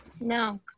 No